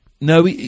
No